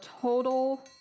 total